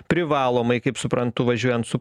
privalomai kaip suprantu važiuojant su